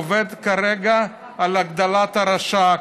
עובד כרגע על הגדלת הרש"ק,